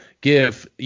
give